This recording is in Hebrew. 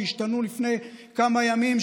שהשתנו לפני כמה ימים,